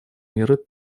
меры